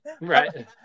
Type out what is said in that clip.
right